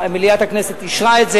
מליאת הכנסת אישרה את זה,